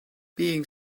being